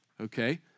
okay